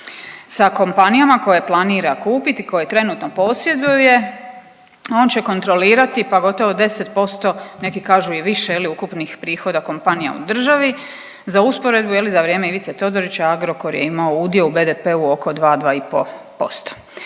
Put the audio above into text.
Sa kompanijama koje planira kupiti i koje trenutno posjeduje, on će kontrolirati, pa gotovo 10%, neki kažu i više, je li, ukupnih prihoda kompanija u državi. Za usporedbu, je li, za vrijeme Ivice Todorića, Agrokor je imao udio u BDP-u oko 2, 2,5%.